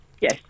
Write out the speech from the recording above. Yes